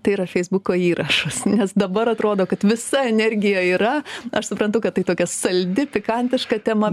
tai yra feisbuko įrašas nes dabar atrodo kad visa energija yra aš suprantu kad tai tokia saldi pikantiška tema